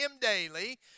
daily